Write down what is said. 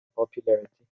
popularity